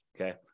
Okay